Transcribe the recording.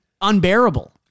unbearable